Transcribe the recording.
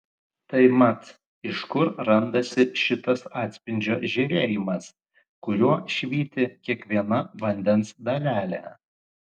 tai mat iš kur randasi šitas atspindžio žėrėjimas kuriuo švyti kiekviena vandens dalelė